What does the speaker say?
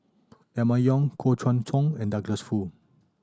Emma Yong Koh Guan Song and Douglas Foo